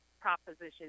Proposition